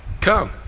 come